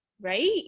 right